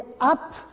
up